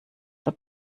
der